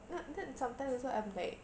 now now sometimes also I'm like